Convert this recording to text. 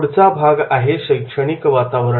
पुढचा भाग आहे शैक्षणिक वातावरण